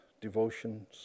Devotions